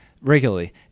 regularly